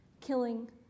killing